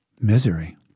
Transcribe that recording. misery